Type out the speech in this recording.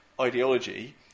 ideology –